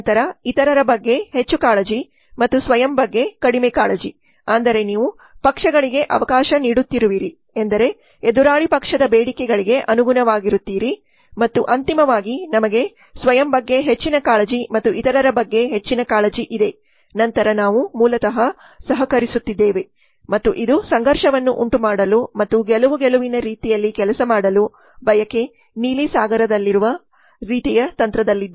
ನಂತರ ಇತರರ ಬಗ್ಗೆ ಕಾಳಜಿ ಹೆಚ್ಚು ಮತ್ತು ಸ್ವಯಂ ಬಗ್ಗೆ ಕಾಳಜಿ ಕಡಿಮೆ ಅಂದರೆ ನೀವು ಪಕ್ಷಗಳಿಗೆ ಅವಕಾಶ ನೀಡುತ್ತಿರುವಿರಿ ಎಂದರೆ ಎದುರಾಳಿ ಪಕ್ಷದ ಬೇಡಿಕೆಗಳಿಗೆ ಅನುಗುಣವಾಗಿರುತ್ತೀರಿ ಮತ್ತು ಅಂತಿಮವಾಗಿ ನಮಗೆ ಸ್ವಯಂ ಬಗ್ಗೆ ಹೆಚ್ಚಿನ ಕಾಳಜಿ ಮತ್ತು ಇತರರ ಬಗ್ಗೆ ಹೆಚ್ಚಿನ ಕಾಳಜಿ ಇದೆ ನಂತರ ನಾವು ಮೂಲತಃ ಸಹಕರಿಸುತ್ತಿದ್ದೇವೆ ಮತ್ತು ಇದು ಸಂಘರ್ಷವನ್ನು ಉಂಟುಮಾಡಲು ಮತ್ತು ಗೆಲುವು ಗೆಲುವಿನ ರೀತಿಯಲ್ಲಿ ಕೆಲಸ ಮಾಡಲು ಬಯಕೆ ನೀಲಿ ಸಾಗರದಲ್ಲಿ ರೀತಿಯ ತಂತ್ರದಲ್ಲಿ